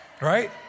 Right